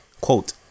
quote